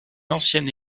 ancienne